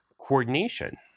coordination